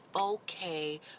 okay